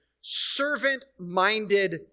servant-minded